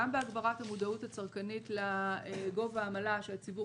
גם בהגברת המודעות הצרכנית לגובה העמלה שהציבור